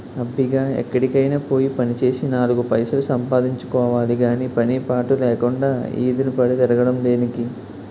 అబ్బిగా ఎక్కడికైనా పోయి పనిచేసి నాలుగు పైసలు సంపాదించుకోవాలి గాని పని పాటు లేకుండా ఈదిన పడి తిరగడం దేనికి?